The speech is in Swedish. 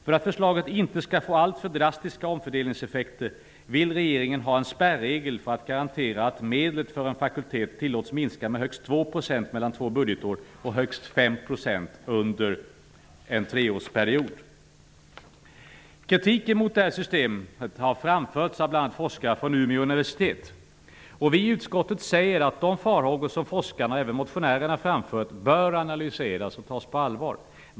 För att förslaget inte skall få alltför drastiska omfördelningseffekter vill regeringen ha en spärregel för att garantera att medlen för en fakultet tillåts minska med högst 2 % mellan två budgetår och med högst 5 % under en treårsperiod. Kritik mot det här systemet har framförts bl.a. av forskare från Umeå universitet. Vi i utskottet säger att de farhågor som forskarna och även motionärerna framfört bör analyseras och tas på allvar.